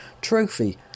trophy